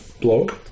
blog